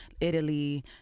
Italy